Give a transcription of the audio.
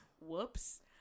Whoops